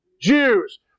Jews